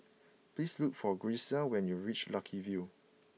please look for Grecia when you reach Lucky View